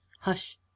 hush